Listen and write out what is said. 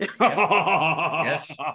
Yes